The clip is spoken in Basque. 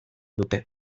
dute